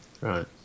Right